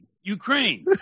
Ukraine